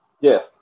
Yes